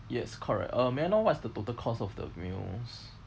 yes correct uh may I know what is the total cost of the meals